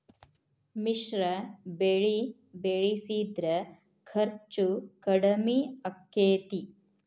ಮಿಶ್ರ ಬೆಳಿ ಬೆಳಿಸಿದ್ರ ಖರ್ಚು ಕಡಮಿ ಆಕ್ಕೆತಿ?